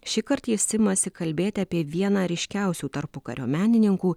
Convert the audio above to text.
šįkart jis imasi kalbėti apie vieną ryškiausių tarpukario menininkų